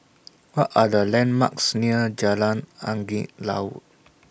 What Are The landmarks near Jalan Angin Laut